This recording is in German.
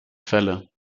fälle